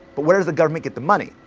but where does the government get the money?